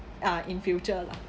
ah in future lah